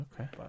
Okay